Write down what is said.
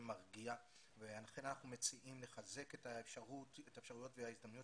מרגיע ולכן אנחנו מציעים לחזק את האפשרויות וההזדמנויות